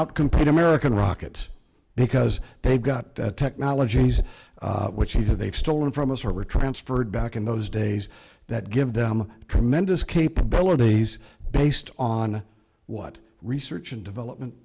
outcompete american rockets because they've got technologies which you know they've stolen from us or were transferred back in those days that give them tremendous capabilities based on what research and development